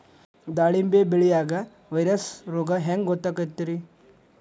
ದಾಳಿಂಬಿ ಬೆಳಿಯಾಗ ವೈರಸ್ ರೋಗ ಹ್ಯಾಂಗ ಗೊತ್ತಾಕ್ಕತ್ರೇ?